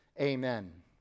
Amen